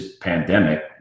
pandemic